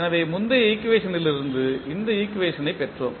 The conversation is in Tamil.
எனவே முந்தைய ஈக்குவேஷன்டிலிருந்து இந்த ஈக்குவேஷன்ப் பெற்றோம்